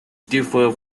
differ